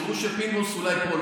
תראו שפינדרוס אולי פה,